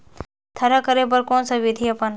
थरहा करे बर कौन सा विधि अपन?